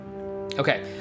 Okay